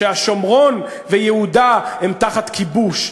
שהשומרון ויהודה הם תחת כיבוש,